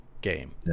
game